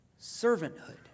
servanthood